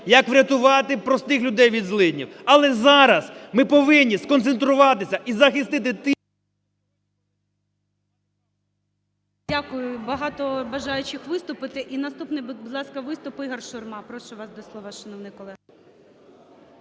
як врятувати простих людей від злиднів. Але зараз ми повинні сконцентруватися і захистити тих… ГОЛОВУЮЧИЙ. Дякую, багато бажаючих виступити. І наступний, будь ласка, виступ ІгорШурма. Прошу вас до слова, шановний колего.